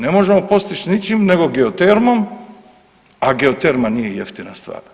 Ne možemo postići s ničim nego geotermom a geoterma nije jeftina stvar.